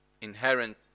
inherent